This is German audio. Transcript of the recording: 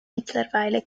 mittlerweile